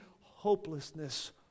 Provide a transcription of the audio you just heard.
hopelessness